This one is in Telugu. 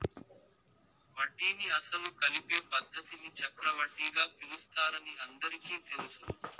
వడ్డీని అసలు కలిపే పద్ధతిని చక్రవడ్డీగా పిలుస్తారని అందరికీ తెలుసును